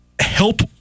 help